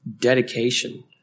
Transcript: dedication